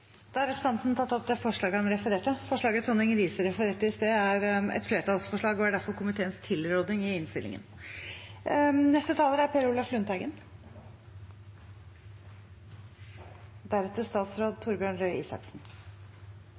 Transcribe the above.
Da har representanten Erlend Wiborg tatt opp det forslaget han refererte til. Forslaget som representanten Tonning Riise refererte til i sted, er et flertallsforslag og er derfor komiteens tilråding i innstillingen. Dette er